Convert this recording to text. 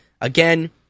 Again